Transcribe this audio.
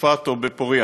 בצפת או בפוריה.